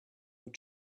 with